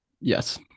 Yes